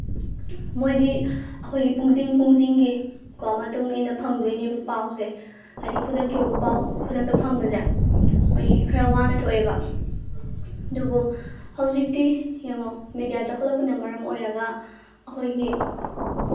ꯃꯣꯏꯗꯤ ꯑꯩꯈꯣꯏꯒꯤ ꯄꯨꯡꯖꯤꯡ ꯄꯨꯡꯖꯤꯡꯒꯤ ꯀꯣ ꯃꯇꯨꯡꯏꯟꯅ ꯐꯪꯗꯣꯏꯅꯦꯕ ꯄꯥꯎꯁꯦ ꯍꯥꯏꯗꯤ ꯈꯨꯗꯛꯀꯤ ꯑꯣꯏꯕ ꯄꯥꯎ ꯈꯨꯗꯛꯇ ꯐꯪꯕꯁꯦ ꯃꯣꯏ ꯈꯔ ꯋꯥꯅ ꯊꯣꯛꯑꯦꯕ ꯑꯗꯨꯕꯨ ꯍꯧꯖꯤꯛꯇꯤ ꯌꯦꯡꯉꯨ ꯃꯦꯗꯤꯌꯥ ꯆꯥꯎꯈꯠꯂꯛꯄꯅ ꯃꯔꯝ ꯑꯣꯏꯔꯒ ꯑꯩꯈꯣꯏꯒꯤ